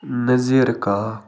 نظیٖر کاکھ